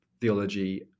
theology